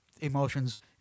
emotions